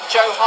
Joe